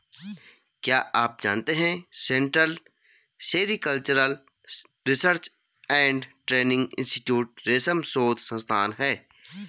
क्या आप जानते है central sericultural research and training institute रेशम शोध संस्थान है?